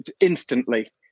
Instantly